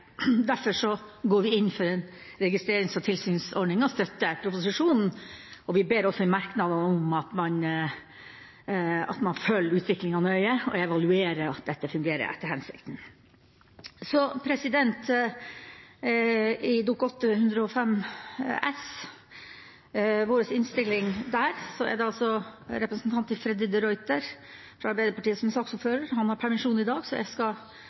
Derfor går vi inn for en registrerings- og tilsynsordning og støtter proposisjonen. Vi ber også i merknadene om at man følger utviklingen nøye og evaluerer at dette fungerer etter hensikten. Til Dokument 8:105 L er det representanten Freddy de Ruiter fra Arbeiderpartiet som er saksordfører. Han har permisjon i dag, så jeg